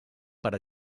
per